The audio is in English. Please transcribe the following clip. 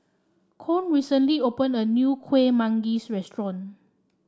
Koen recently opened a new Kueh Manggis restaurant